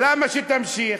למה שתמשיך?